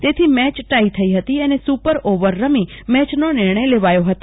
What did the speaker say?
તેથી મેય તી હતી અને સુપર ઓવર રમી મેચનો નિર્ણય લેવાયો હતો